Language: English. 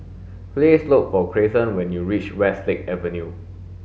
please look for Grayson when you reach Westlake Avenue